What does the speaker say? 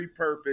repurpose